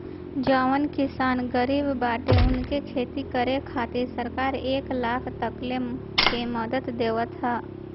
जवन किसान गरीब बाटे उनके खेती करे खातिर सरकार एक लाख तकले के मदद देवत ह